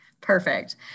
Perfect